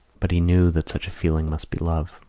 but he knew that such a feeling must be love.